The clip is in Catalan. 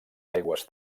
aigües